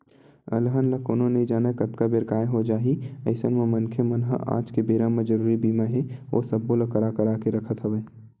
अलहन ल कोनो नइ जानय कतका बेर काय हो जाही अइसन म मनखे मन ह आज के बेरा म जरुरी बीमा हे ओ सब्बो ल करा करा के रखत हवय